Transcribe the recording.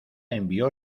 envió